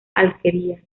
alquería